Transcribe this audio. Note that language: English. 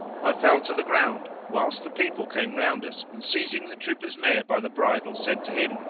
i fell to the ground, whilst the people came round us and seizing the trooper's mare by the bridle said to him,